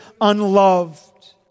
unloved